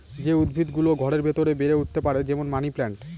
যে উদ্ভিদ গুলো ঘরের ভেতরে বেড়ে উঠতে পারে, যেমন মানি প্লান্ট